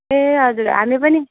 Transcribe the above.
ए हजुर हामी पनि